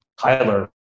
Tyler